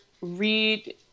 read